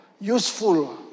useful